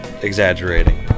exaggerating